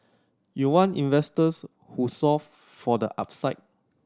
you want investors who solve for the upside